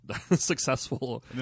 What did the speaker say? successful